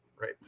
right